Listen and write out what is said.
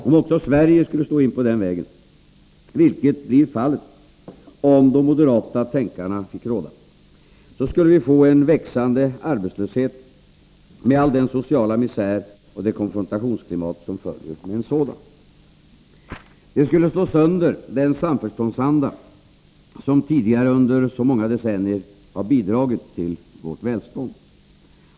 Om också Sverige skulle slå in på den vägen — vilket blir fallet om de moderata tänkarna får råda — skulle vi få en växande arbetslöshet, med all den sociala misär och det konfrontationsklimat som följer med en sådan. Det skulle slå sönder hela den samförståndsanda som tidigare under så många decennier bidragit till vårt välstånd.